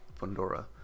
Fundora